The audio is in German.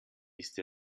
ist